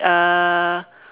uh